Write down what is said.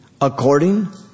According